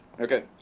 Okay